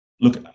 Look